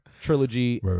trilogy